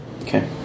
Okay